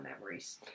memories